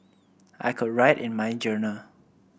I could write in my journal